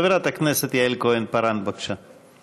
חברת הכנסת יעל כהן-פארן, בבקשה.